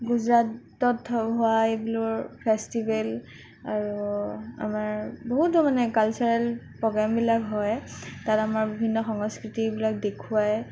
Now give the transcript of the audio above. গুজৰাটত হোৱা ইগলোৰ ফেচটিভেল আৰু আমাৰ বহুতো মানে কালচাৰেল প্ৰগ্ৰামবিলাক হয় তাত আমাৰ বিভিন্ন সংস্কৃতিবিলাক দেখুৱায়